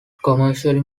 commercially